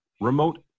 remote